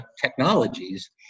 technologies